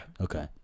Okay